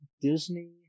Disney